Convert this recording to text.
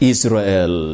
Israel